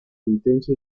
intensa